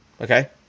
Okay